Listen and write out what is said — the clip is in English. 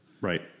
Right